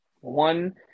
one